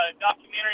documentary